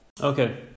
Okay